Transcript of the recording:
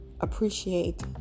appreciate